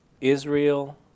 Israel